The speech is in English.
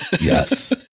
Yes